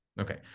Okay